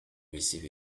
receive